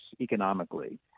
economically